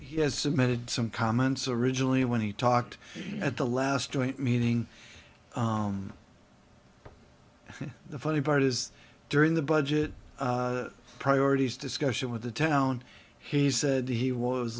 has submitted some comments originally when he talked at the last joint meeting the funny part is during the budget priorities discussion with the town he said he was